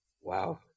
Wow